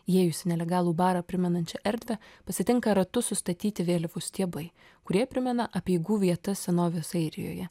įėjus į nelegalų barą primenančią erdvę pasitinka ratu sustatyti vėliavų stiebai kurie primena apeigų vietas senovės airijoje